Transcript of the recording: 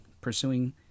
pursuing